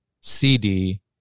CD